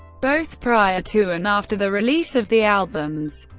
both prior to and after the release of the albums,